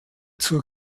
zur